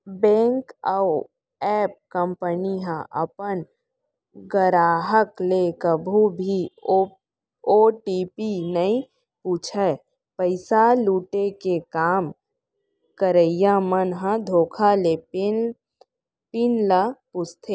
bank अउ app company ह अपन गराहक ले कभू भी ओ.टी.पी नइ पूछय, पइसा लुटे के काम करइया मन ह धोखा ले पिन ल पूछथे